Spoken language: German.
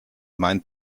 meint